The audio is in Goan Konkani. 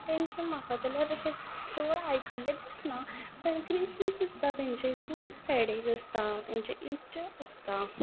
म्हाका जाल्या तांचे चड आयकल्लें दिसना पण क्रिसमस आसता तांचे गुड फ्रायडे एक आसता तांचे ईस्टर आसता